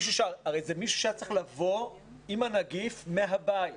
הרי זה מישהו שהיה צריך לבוא עם הנגיף מהבית.